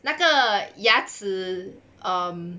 那个牙子 um